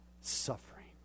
suffering